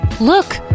look